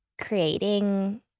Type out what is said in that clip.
Creating